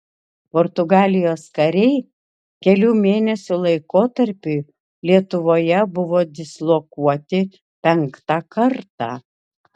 portugalijos kariai kelių mėnesių laikotarpiui lietuvoje buvo dislokuoti penktą kartą